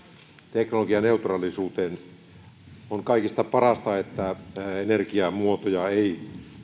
teknologianeutraalisuuteen on kaikista parasta että energiamuotoja ei